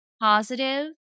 positive